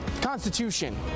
Constitution